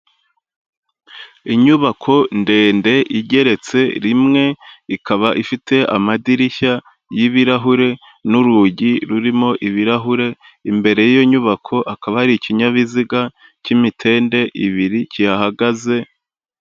Inyubako ndende igeretse rimwe, ikaba ifite amadirishya y'ibirahure n'urugi rurimo ibirahure, imbere y'iyo nyubako hakaba hari ikinyabiziga cy'imitende ibiri kihahagaze.